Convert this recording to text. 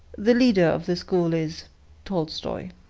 the leader of the school is tolstoi.